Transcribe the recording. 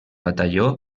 batalló